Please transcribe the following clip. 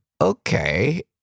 okay